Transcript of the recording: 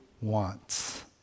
wants